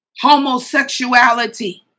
Homosexuality